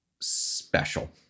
special